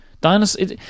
Dinosaurs